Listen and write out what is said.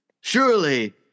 Surely